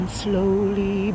slowly